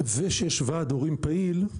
ושיש ועד הורים פעיל,